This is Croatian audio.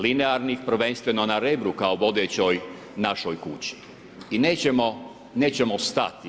Linearnih prvenstveno na Rebru kao vodećoj našoj kući i nećemo stati.